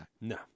No